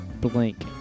blank